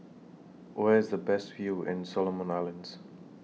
Where IS The Best View in Solomon Islands